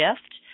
shift